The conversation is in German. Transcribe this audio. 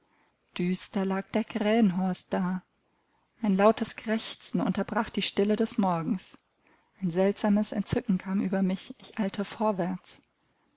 düster lag der krähenhorst da ein lautes krächzen unterbrach die stille des morgens ein seltsames entzücken kam über mich ich eilte vorwärts